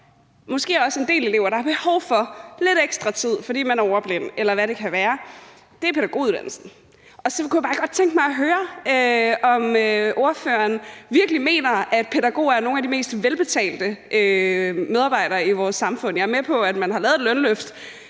måske også en del elever, der har behov for lidt ekstra tid, fordi de er ordblinde, eller hvad det kan være, er pædagoguddannelsen. Så kunne jeg bare godt tænke mig at høre, om ordføreren virkelig mener, at pædagoger er nogle af de mest velbetalte medarbejdere i vores samfund. Jeg er med på, at man har lavet et lønløft,